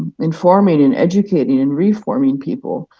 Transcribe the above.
informing, and educating, and we forming people.